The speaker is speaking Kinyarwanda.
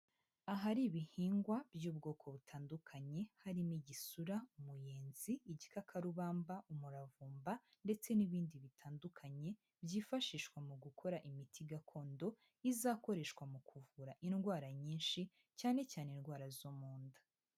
Ahari ibihingwa by'ubwoko butandukanye, harimo igisura, umuyenzi, igikakarubamba, umuravumba ndetse n'ibindi bitandukanye byifashishwa mu gukora imiti gakondo izakoreshwa mu kuvura indwara nyinshi, cyane cyane indwara zo mu nda.